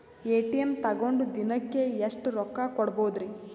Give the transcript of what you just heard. ATM ತಗೊಂಡ್ ದಿನಕ್ಕೆ ಎಷ್ಟ್ ರೊಕ್ಕ ಹಾಕ್ಬೊದ್ರಿ?